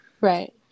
Right